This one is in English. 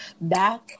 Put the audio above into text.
back